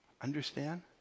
Understand